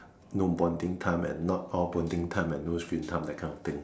no bonding time and not all bonding time and no screen time that kind of thing lah